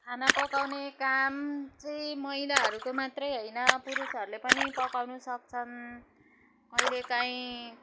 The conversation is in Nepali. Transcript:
खाना पकाउने काम चाहिँ महिलाहरूको मात्रै होइन पुरुषहरूले पनि पकाउनु सक्छन् कहिलेकाहीँ